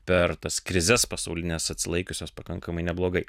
per tas krizes pasaulines atsilaikiusios pakankamai neblogai